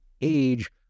age